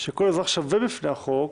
שכל אזרח שווה בפני החוק,